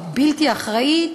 הבלתי-אחראית,